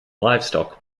livestock